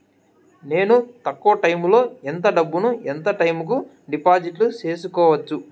నేను తక్కువ టైములో ఎంత డబ్బును ఎంత టైము కు డిపాజిట్లు సేసుకోవచ్చు?